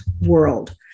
world